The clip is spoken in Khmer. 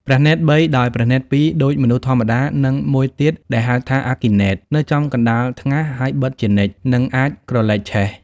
ព្រះនេត្រ៣ ដោយព្រះនេត្រ ២ ដូចមនុស្សធម្មតា និង ១ ទៀតដែលហៅថាអគ្គីនេត្រ នៅចំកណ្តាលថ្ងាស ហើយបិទជានិច្ច និងអាចក្រឡេកឆេះ។